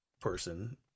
person